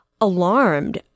alarmed